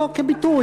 לא רק כביטוי,